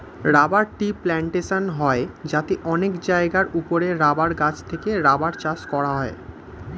rubber tree plantation হয় যাতে অনেক জায়গার উপরে রাবার গাছ থেকে রাবার চাষ করা হয়